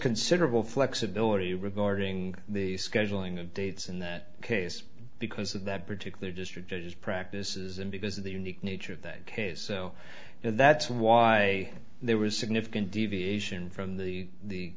considerable flexibility regarding the scheduling of dates in that case because of that particular district judge practices and because of the unique nature of that case so that's why there was significant deviation from the